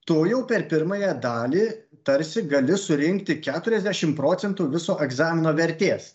tu jau per pirmąją dalį tarsi gali surinkti keturiasdešimt procentų viso egzamino vertės